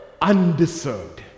undeserved